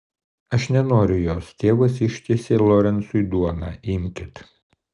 aš nenoriu jos tėvas ištiesė lorencui duoną imkit